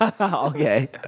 Okay